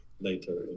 later